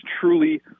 truly